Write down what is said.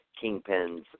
Kingpin's